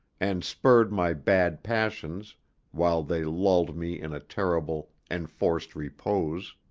and spurred my bad passions while they lulled me in a terrible, enforced repose.